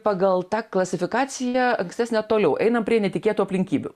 pagal tą klasifikaciją ankstesnę toliau einam prie netikėtų aplinkybių